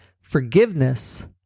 Forgiveness